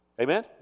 Amen